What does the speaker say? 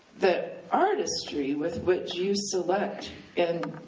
the artistry with which you select and